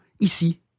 ici